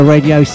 Radio